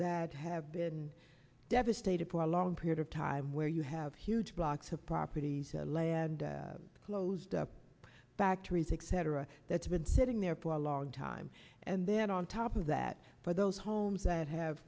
that have been devastated for a long period of time where you have huge blocks of properties land closed up factories like cetera that's been sitting there for a long time and then on top of that for those homes that have